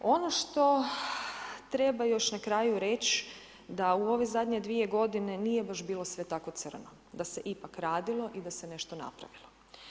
Ono što treba još na kraju reći, da u ove zadnje dvije g. nije bilo baš sve tako crno, da se ipak radilo i da se nešto napravilo.